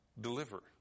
deliver